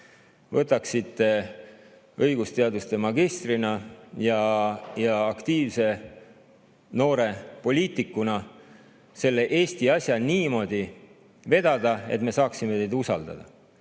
võtaksite õigusteaduse magistrina ja aktiivse noore poliitikuna selle Eesti asja niimoodi vedada, et me saaksime teid usaldada.